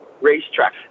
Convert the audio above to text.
racetrack